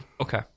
Okay